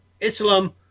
Islam